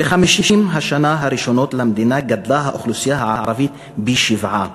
ב-50 השנה הראשונות למדינה גדלה האוכלוסייה הערבית פי-שבעה.